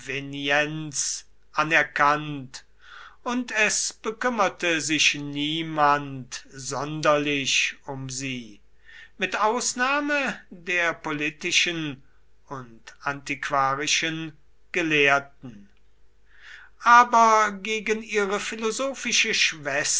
konvenienz anerkannt und es bekümmerte sich niemand sonderlich um sie mit ausnahme der politischen und antiquarischen gelehrten aber gegen ihre philosophische schwester